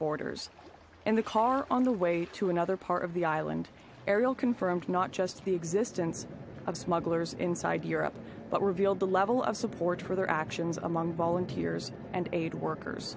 borders and the car on the way to another part of the island ariel confirms not just the existence of smugglers inside europe but revealed the level of support for their actions among volunteers and aid workers